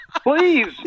Please